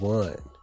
one